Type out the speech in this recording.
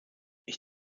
ich